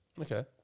Okay